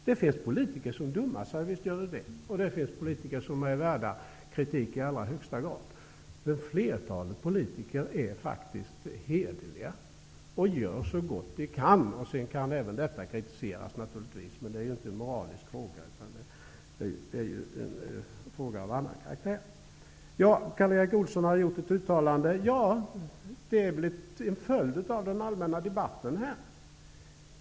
Visst finns det politiker som dummar sig, och det finns politiker som är värda kritik i allra högsta grad, men flertalet politiker är faktiskt hederliga och gör så gott de kan. Sedan kan även detta kritiseras naturligtvis, men det är inte en moralisk fråga utan det är en fråga av annan karaktär. Karl Erik Olsson har gjort ett uttalande. Ja, det är väl en följd av den allmänna debatten.